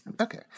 okay